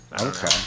Okay